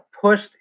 pushed